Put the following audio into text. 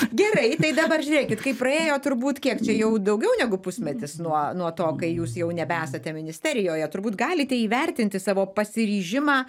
gerai tai dabar žiūrėkit kaip praėjo turbūt kiek čia jau daugiau negu pusmetis nuo nuo to kai jūs jau nebesate ministerijoje turbūt galite įvertinti savo pasiryžimą